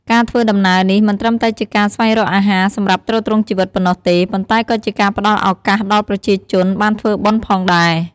ការធ្វើដំណើរនេះ មិនត្រឹមតែជាការស្វែងរកអាហារសម្រាប់ទ្រទ្រង់ជីវិតប៉ុណ្ណោះទេ ប៉ុន្តែក៏ជាការផ្តល់ឱកាសដល់ប្រជាជនបានធ្វើបុណ្យផងដែរ។